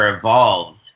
evolved